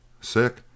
Sick